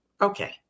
Okay